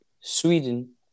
Sweden